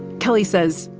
kelly says,